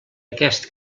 aquest